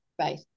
Right